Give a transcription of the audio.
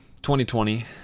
2020